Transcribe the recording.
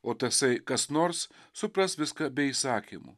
o tasai kas nors supras viską bei įsakymų